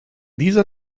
dieser